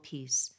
Peace